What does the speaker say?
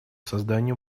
созданию